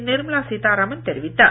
நிர்மலா சீத்தாராமன் தெரிவித்தார்